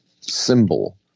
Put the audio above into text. symbol